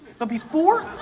but before,